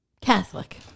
Catholic